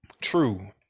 True